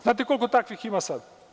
Znate li koliko takvih ima sada?